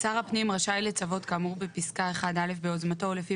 הפנים רשאי לצוות כאמור בפסקה 1א ביוזמתו או לפי